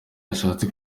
yashatse